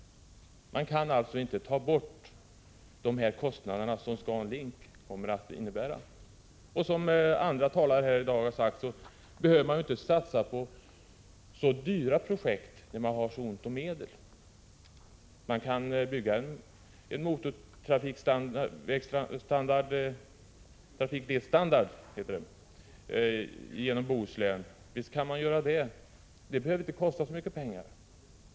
Man kan alltså inte ta bort dessa kostnader som ScanLink kommer att innebära. Som andra talare här har sagt behöver man ju inte satsa på så dyra projekt, när man har så ont om pengar. Visst kan man bygga en väg med trafikledsstandard genom Bohuslän. Det behöver inte kosta så mycket pengar.